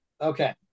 Okay